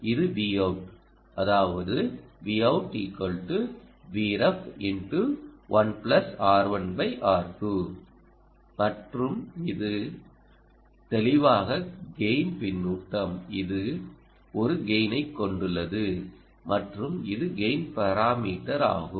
இது Vout அதாவது மற்றும் இது தெளிவாக கெய்ன் பின்னூட்டம் இது ஒரு கெய்னைக் கொண்டுள்ளது மற்றும் இது கெய்ன் பாராமீட்டர் ஆகும்